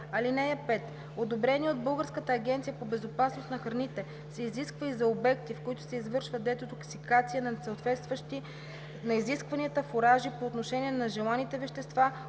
ал. 5: „(5) Одобрение от Българската агенция по безопасност на храните се изисква и за обекти, в които се извършва детоксикация на несъответстващи на изискванията фуражи по отношение на нежеланите вещества,